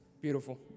Beautiful